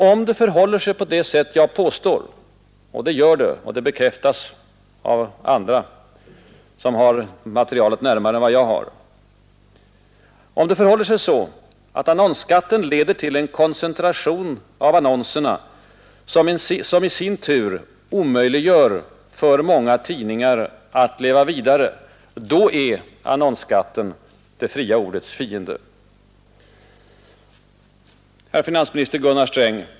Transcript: Om det förhåller sig på det sätt som jag påstår — och det gör det, vilket bekräftas av andra som har materialet närmare än vad jag har — att annonsskatten leder till en koncentration av annonserna, som i sin tur omöjliggör för många tidningar att leva vidare, då är annonsskatten det fria ordets fiende. Herr finansminister Gunnar Sträng!